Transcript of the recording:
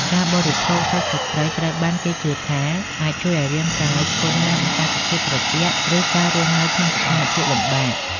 ការបរិភោគសាច់សត្វព្រៃត្រូវបានគេជឿថាអាចជួយឱ្យរាងកាយធន់នឹងអាកាសធាតុត្រជាក់ ឬការរស់នៅក្នុងស្ថានភាពលំបាក។